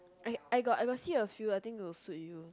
I I got I got see a few I think will suit you